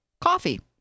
coffee